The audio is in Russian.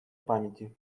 памяти